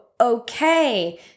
okay